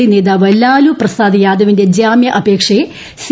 D ന്തോവ് ലാലുപ്രസാദ് യാദവിന്റെ ജാമ്യാപ്പേക്ഷയെ സി